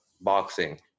Boxing